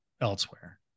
elsewhere